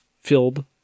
filled